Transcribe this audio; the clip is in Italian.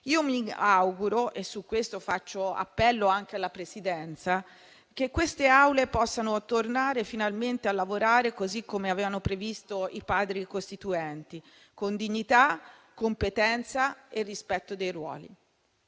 Mi auguro - e su questo faccio appello anche alla Presidenza - che queste Aule possano tornare finalmente a lavorare, così come avevano previsto i Padri costituenti, con dignità, competenza e rispetto dei ruoli.